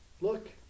Look